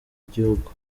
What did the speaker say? gihugu